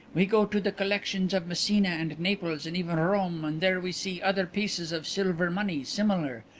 we go to the collections of messina and naples and even rome and there we see other pieces of silver money, similar,